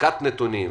בדיקת נתונים.